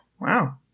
Wow